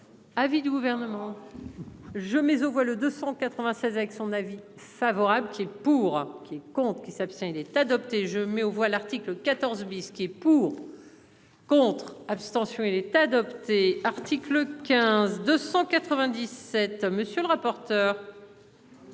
Avis du gouvernement. Je mets aux voix le 296 avec son avis favorable qui est pour qui compte qui s'abstient il est adopté. Je mets aux voix l'article 14 bis qui est pour. Contre, abstention. Oui il est adopté, article 15 297. Monsieur le rapporteur.